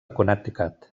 connecticut